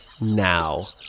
now